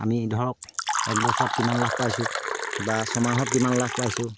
আমি ধৰক একবছৰত কিমান লাভ পাইছোঁ বা ছমাহত কিমান লাভ পাইছোঁ